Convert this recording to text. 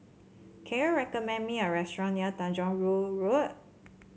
can you recommend me a restaurant near Tanjong Rhu Road